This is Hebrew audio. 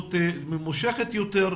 להסתגלות ממושכת יותר,